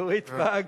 דורית ואג,